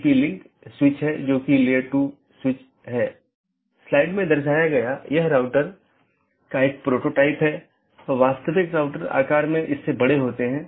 दूसरे अर्थ में यह कहने की कोशिश करता है कि अन्य EBGP राउटर को राउटिंग की जानकारी प्रदान करते समय यह क्या करता है